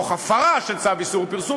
תוך הפרה של צו איסור פרסום,